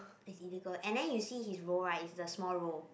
it's illegal and then you see his roll right is the small roll